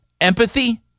Empathy